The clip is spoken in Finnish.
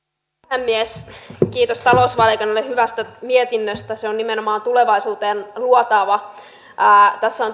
puhemies kiitos talousvaliokunnalle hyvästä mietinnöstä se on nimenomaan tulevaisuuteen luotaava tässä on